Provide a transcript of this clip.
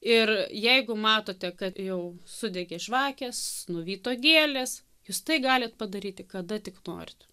ir jeigu matote kad jau sudegė žvakės nuvyto gėlės jūs tai galit padaryti kada tik norit